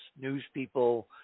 newspeople